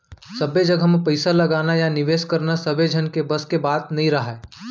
सब्बे जघा म पइसा लगाना या निवेस करना सबे झन के बस के बात नइ राहय